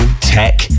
tech